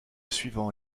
suivant